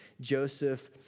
Joseph